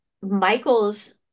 Michael's